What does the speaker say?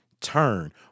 turn